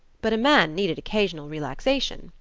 but a man needed occasional relaxation,